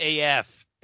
AF